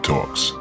Talks